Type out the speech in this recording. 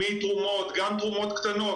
מתרומות גם תרומות קטנות,